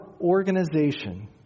organization